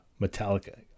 Metallica